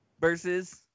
versus